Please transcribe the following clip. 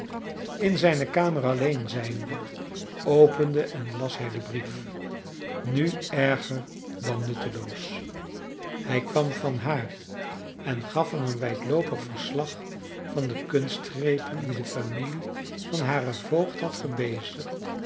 in zijne kamer alleen zijnde opende en las hij den brief nu erger dan nutteloos hij kwam van haar en gaf hem een wijdloopig verslag van de kunstgrepen die de familie van haren voogd had